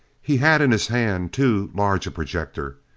he had in his hand too large a projector.